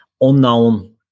unknown